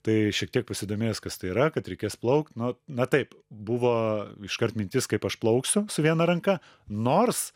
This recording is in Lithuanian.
tai šiek tiek pasidomėjęs kas tai yra kad reikės plaukt nu na taip buvo iškart mintis kaip aš plauksiu su viena ranka nors